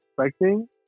expecting